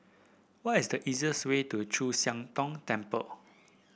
what is the easiest way to Chu Siang Tong Temple